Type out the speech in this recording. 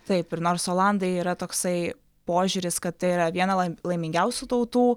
taip ir nors olandai yra toksai požiūris kad tai yra viena lai laimingiausių tautų